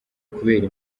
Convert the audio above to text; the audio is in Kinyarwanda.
kubera